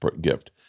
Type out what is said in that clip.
gift